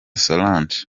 solange